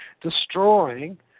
destroying